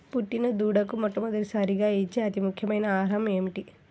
పుట్టిన దూడకు మొట్టమొదటిసారిగా ఇచ్చే అతి ముఖ్యమైన ఆహారము ఏంటి?